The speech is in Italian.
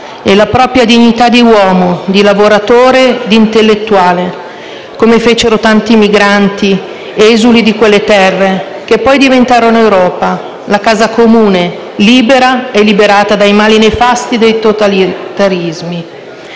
e la propria dignità di uomo, di lavoratore e di intellettuale, come fecero tanti migranti, esuli di quelle terre che poi diventarono Europa, la casa comune, libera e liberata dai mali nefasti dei totalitarismi.